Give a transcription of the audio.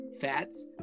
fats